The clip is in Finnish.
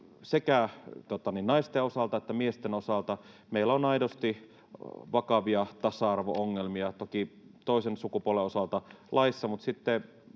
sekä naisten osalta että miesten osalta meillä on aidosti vakavia tasa-arvo-ongelmia — toki toisen sukupuolen osalta laissa, mutta sitten